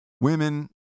Women